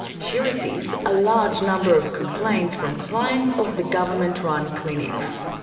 she receives a large number of complaints from clients of the government-run clinics.